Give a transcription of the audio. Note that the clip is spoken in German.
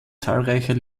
zahlreicher